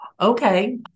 Okay